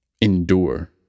endure